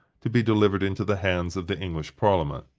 to be delivered into the hands of the english parliament.